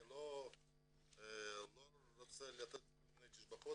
אני לא רוצה לתת כל מיני תשבחות,